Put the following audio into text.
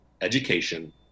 education